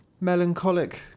melancholic